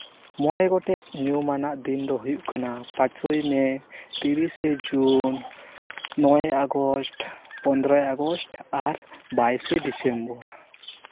ᱢᱚᱬᱮ ᱜᱚᱴᱮᱡ ᱧᱩᱢ ᱟᱱᱟᱜ ᱫᱤᱱ ᱫᱚ ᱦᱩᱭᱩᱜ ᱠᱟᱱᱟ ᱯᱟᱸᱪᱳᱭ ᱢᱮ ᱛᱤᱨᱤᱥᱟᱭ ᱡᱩᱱ ᱱᱚᱭᱮ ᱟᱜᱚᱥᱴ ᱯᱚᱸᱫᱽᱨᱚᱭ ᱟᱜᱚᱥᱴ ᱟᱨ ᱵᱟᱭᱤᱥᱮ ᱰᱤᱥᱮᱢᱵᱚᱨ